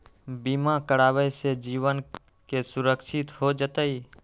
बीमा करावे से जीवन के सुरक्षित हो जतई?